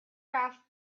rough